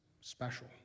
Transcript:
special